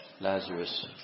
Lazarus